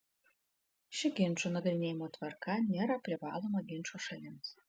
ši ginčų nagrinėjimo tvarka nėra privaloma ginčo šalims